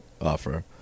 offer